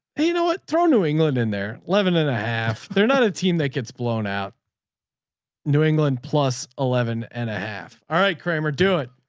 you know what? throw new england in there. eleven and a half. they're not a team that gets blown out new england plus eleven and a half. all right, kramer, do it.